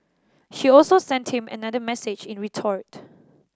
she also sent him another message in retort